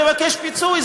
לבקש פיצוי.